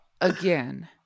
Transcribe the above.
again